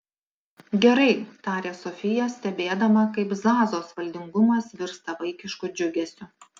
gerai tarė sofija stebėdama kaip zazos valdingumas virsta vaikišku džiugesiu